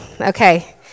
Okay